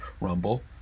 Rumble